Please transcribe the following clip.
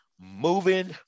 moving